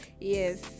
yes